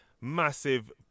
massive